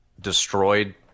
destroyed